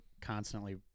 constantly